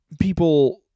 people